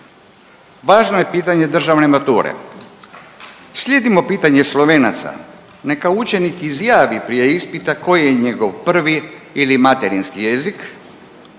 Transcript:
važno je pitanje državne mature. Slijedimo pitanje Slovenaca, neka učenik izjavi prije ispita koji je njegov prvi ili materinski jezik,